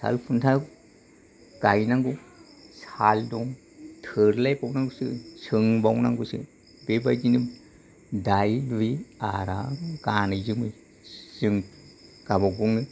साल खुन्था गायनांगौ साल दं थोरले सो सोंबावनांगौसो बेबायदिनो दायै दुयै आराम गानै जोमै जों गाबा गाव नो